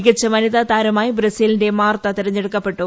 മികച്ച വനിതാ താരമായി ബ്രസീലിന്റെ മാർത്ത തെരഞ്ഞെടുക്കപ്പെട്ടു